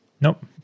Nope